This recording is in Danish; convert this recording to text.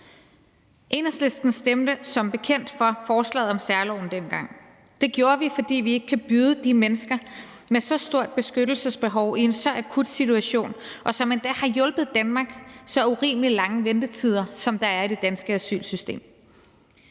Enhedslisten stemte som bekendt for forslaget om særloven dengang. Det gjorde vi, fordi vi ikke kan byde mennesker med så stort et beskyttelsesbehov i en så akut situation, og som endda har hjulpet Danmark, så urimelig lange ventetider, som der er i det danske asylsystem.